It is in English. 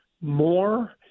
more